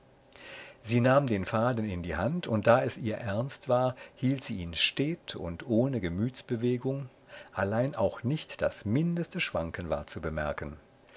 sie nahm den faden in die hand und da es ihr ernst war hielt sie ihn stet und ohne gemütsbewegung allein auch nicht das mindeste schwanken war zu bemerken